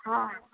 ହଁ